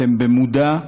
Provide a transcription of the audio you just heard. אתם, במודע,